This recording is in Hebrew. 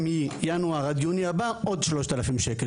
ומינואר עד יוני הבא עוד 3,000 ₪,